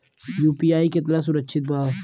UPI कितना सुरक्षित बा?